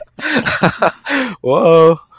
whoa